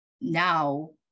now